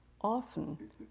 often